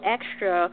Extra